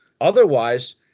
Otherwise